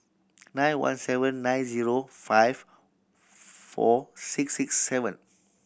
nine one seven nine zero five four six six seven